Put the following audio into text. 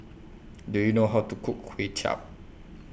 Do YOU know How to Cook Kway Chap